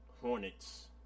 Hornets